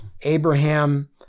Abraham